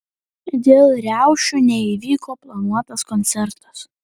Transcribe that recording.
dėl riaušių neįvyko planuotas koncertas